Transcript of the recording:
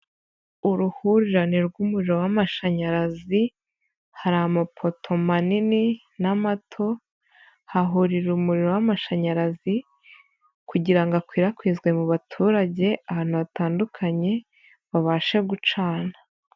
Uruhurirane rw'umuriro w'amashanyarazi, hari amapoto manini n'amato, hahurira umuriro w'amashanyarazi kugira ngo akwirakwizwe mu baturage, ahantu hatandukanye, babashe gucana.